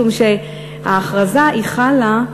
משום שההכרזה חלה,